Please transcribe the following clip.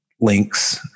links